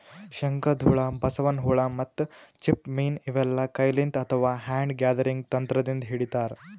ಶಂಕದ್ಹುಳ, ಬಸವನ್ ಹುಳ ಮತ್ತ್ ಚಿಪ್ಪ ಮೀನ್ ಇವೆಲ್ಲಾ ಕೈಲಿಂತ್ ಅಥವಾ ಹ್ಯಾಂಡ್ ಗ್ಯಾದರಿಂಗ್ ತಂತ್ರದಿಂದ್ ಹಿಡಿತಾರ್